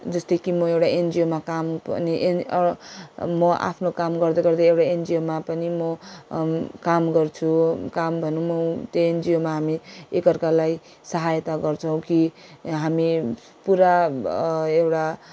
जस्तै कि म एउटा एनजिओमा काम पनि म आफ्नो काम गर्दागर्दै एउटा एनजिओमा पनि म काम गर्छु काम भनौँ त्यो एनजिओमा हामी एकाअर्कालाई सहायता गर्छौँ कि हामी पुरा एउटा